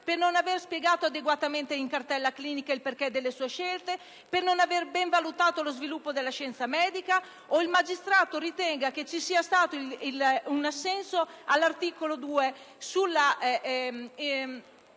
per non aver spiegato adeguatamente in cartella clinica il perché delle sue scelte, per non aver ben valutato lo sviluppo della scienza medica, o qualora il magistrato ritenga che ci sia stato un assenso di cui all'articolo 2, ma